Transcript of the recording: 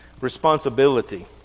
responsibility